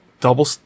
double